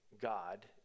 God